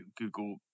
Google